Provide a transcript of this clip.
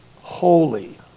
holy